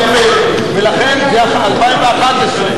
מאה אחוז.